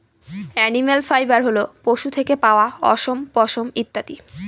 animal fibre হল পশু থেকে পাওয়া অশম, পশম ইত্যাদি